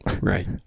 Right